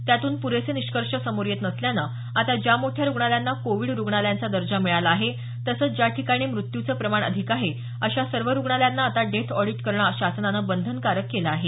त्यातून पुरेसे निष्कर्ष समोर येत नसल्यानं आता ज्या मोठ्या रुग्णालयांना कोविड रुग्णालयांचा दर्जा मिळाला आहे तसंच ज्या ठिकाणी मृत्यूचे प्रमाण अधिक आहे अशा सर्व रुग्णालयांना आता डेथ ऑडीट करणं शासनानं बंधनकारक केलं आहे